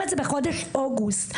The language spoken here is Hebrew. בחודש אוגוסט.